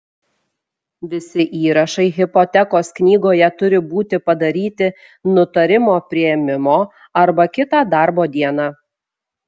visi įrašai hipotekos knygoje turi būti padaryti nutarimo priėmimo arba kitą darbo dieną